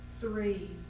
three